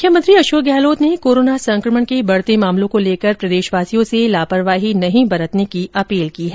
मुख्यमंत्री अशोक गहलोत ने कोरोना संकमण के बढ़ते मामलों को लेकर प्रदेशवासियों से लापरवाही नहीं बरतने की अपील की है